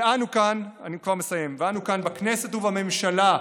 ואנו כאן, בכנסת ובממשלה,